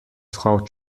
frau